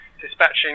dispatching